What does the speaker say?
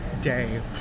day